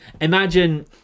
imagine